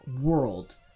world